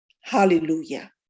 hallelujah